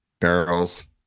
barrels